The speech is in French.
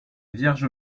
vierge